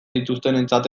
dituztenentzat